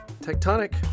Tectonic